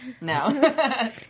no